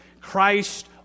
Christ